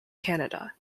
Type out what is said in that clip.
canada